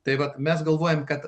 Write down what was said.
tai vat mes galvojame kad